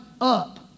up